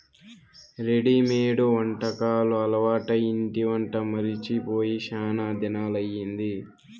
readymade వంటకాలు అలవాటై ఇంటి వంట మరచి పోయి శానా దినాలయ్యింది